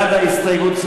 בעד ההסתייגות,